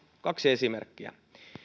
kaksi esimerkkiä